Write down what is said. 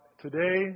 today